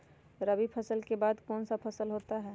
रवि फसल के बाद कौन सा फसल होता है?